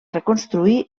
reconstruir